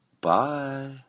Bye